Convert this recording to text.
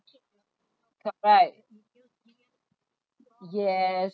correct yes